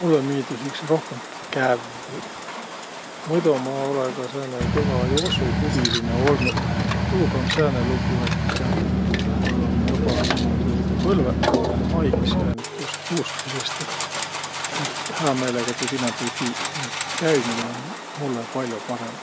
Mullõ miildüs iks rohkõmb kävvüq. Muido ma olõ ka sääne kõva joosuhuvilinõ olnuq, a tuuga um sääne lugu, et mul um joba niimuudu põlvõq ummaq haigõs jäänüq tuust juuskmisõst. Et hää meelega tuud inämb ei tiiq. Et käümine um mullõ pall'o parõmb.